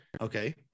Okay